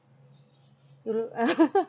you look